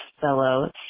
fellow